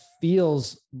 feels